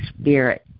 spirit